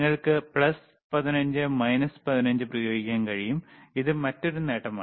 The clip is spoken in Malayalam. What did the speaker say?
നിങ്ങൾക്ക് പ്ലസ് 15 മൈനസ് 15 പ്രയോഗിക്കാൻ കഴിയും ഇത് മറ്റൊരു നേട്ടമാണ്